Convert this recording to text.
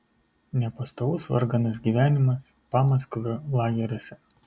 nepastovus varganas gyvenimas pamaskvio lageriuose